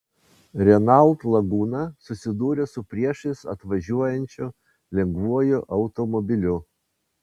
renault laguna susidūrė su priešais atvažiuojančiu lengvuoju automobiliu